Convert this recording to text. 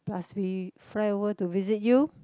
plus we fly over to visit you